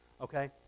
Okay